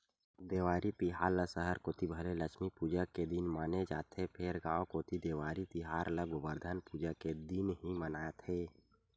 देवारी तिहार ल सहर कोती भले लक्छमी पूजा के दिन माने जाथे फेर गांव कोती देवारी तिहार ल गोबरधन पूजा के दिन ही मानथे